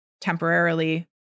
temporarily